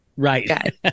Right